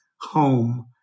home